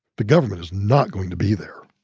the government is not going to be there.